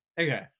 Okay